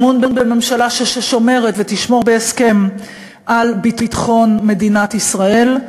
אמון בממשלה ששומרת ותשמור בהסכם על ביטחון מדינת ישראל,